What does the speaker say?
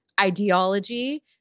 ideology